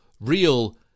real